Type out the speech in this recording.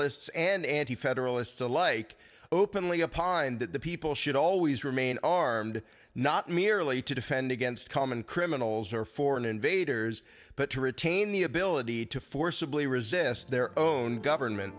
ists and anti federalists alike openly upon that the people should always remain armed not merely to defend against common criminals or foreign invaders but to retain the ability to forcibly resist their own government